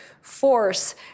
force